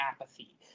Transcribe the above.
apathy